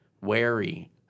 wary